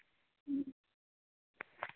ᱦᱮᱸ